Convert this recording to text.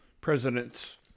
presidents